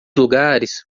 lugares